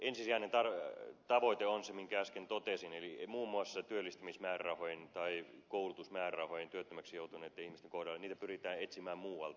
ensisijainen tavoite on se minkä äsken totesin eli muun muassa työllistämismäärärahoja tai koulutusmäärärahoja työttömäksi joutuneitten ihmisten kohdalla pyritään etsimään muualta